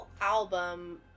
album